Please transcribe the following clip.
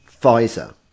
Pfizer